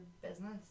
business